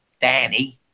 Danny